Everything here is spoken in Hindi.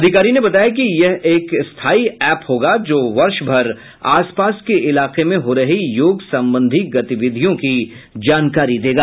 अधिकारी ने बताया कि यह एक स्थाई ऐप होगा जो वर्ष भर आसपास के इलाके में हो रही योग संबंधी गतिविधियों की जानकारी देगा